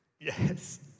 Yes